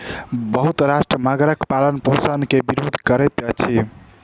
बहुत राष्ट्र मगरक पालनपोषण के विरोध करैत अछि